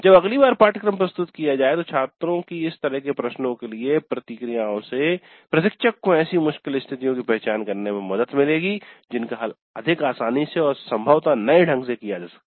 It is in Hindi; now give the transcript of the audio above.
जब अगली बार पाठ्यक्रम प्रस्तुत किया जाय तो छात्रों की इस तरह के प्रश्नों के लिए प्रतिक्रियाओं से प्रशिक्षक को ऐसी मुश्किल स्थितियों की पहचान करने में मदद मिलेगी जिनका हल अधिक सावधानी से और संभवतः नए ढंग से किया जा सकता है